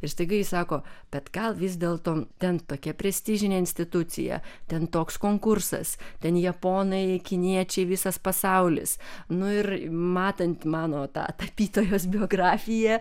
ir staiga ji sako kad gal vis dėlto ten tokia prestižinė institucija ten toks konkursas ten japonai kiniečiai visas pasaulis nu ir matant mano tą tapytojos biografiją